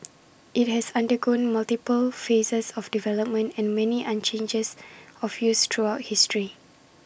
IT has undergone multiple phases of development and many an changes of use throughout history